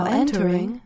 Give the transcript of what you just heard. entering